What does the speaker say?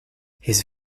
his